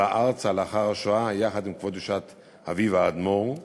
עלה ארצה לאחר השואה יחד עם כבוד קדושת אביו האדמו"ר זצוק"ל,